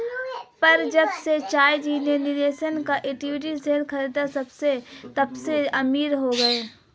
पर जब से चाचा जी ने रिलायंस के इक्विटी शेयर खरीदें तबसे अमीर हो गए